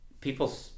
people